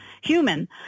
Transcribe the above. human